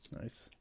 Nice